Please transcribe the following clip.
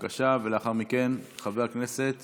לאחר מכן, חבר הכנסת